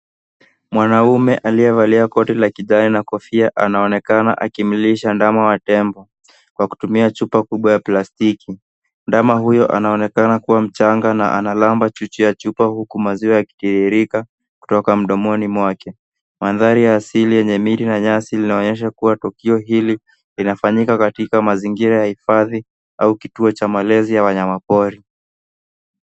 Mwanaume aliyevalia koti la kijani na kofia anaonekana akimlisha ndama wa tembo kwa kutumia chupa kubwa ya plastiki. Ndama huyo anaonekana kuwa mchanga na analamba chuchu ya chupa huku maziwa yakitiririka kutoka mdomoni mwake. Mandhari ya asili yenye miti na nyasi linaonyesha kuwa tukio hili linafanyika katika mazingira ya hifadhi au kituo cha malezi ya wanyama pori.